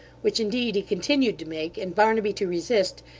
which indeed he continued to make, and barnaby to resist,